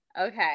Okay